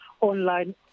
online